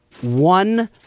One